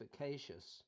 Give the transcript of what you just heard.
efficacious